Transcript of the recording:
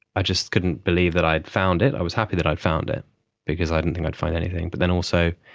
i just couldn't believe that i had found it, i was happy that i'd found it because i didn't think i'd find anything, but also